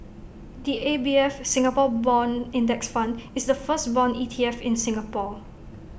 the A B F Singapore Bond index fund is the first Bond E T F in Singapore